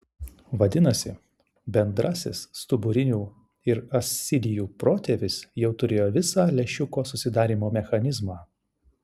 vadinasi bendrasis stuburinių ir ascidijų protėvis jau turėjo visą lęšiuko susidarymo mechanizmą